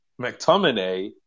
McTominay